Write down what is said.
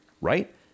Right